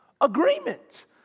Agreement